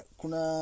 kuna